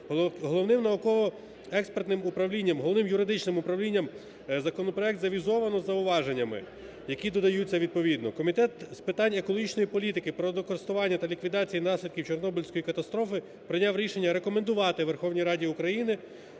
Головним науково-експертним управлінням, Головним юридичним управлінням законопроект завізовано з зауваженнями, які додаються відповідно. Комітет з питань екологічної політики, природокористування та ліквідації наслідків Чорнобильської катастрофи прийняв рішення рекомендувати Верховній Раді України